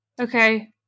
Okay